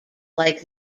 like